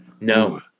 No